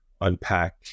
unpack